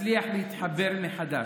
נצליח להתחבר מחדש,